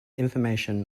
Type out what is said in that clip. information